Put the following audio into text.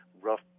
rough